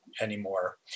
anymore